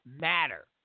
matter